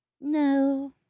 No